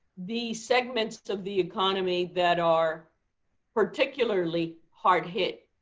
the segments of the economy that are particularly hard hit,